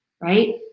right